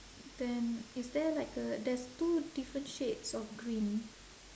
then is there like a there's two different shades of green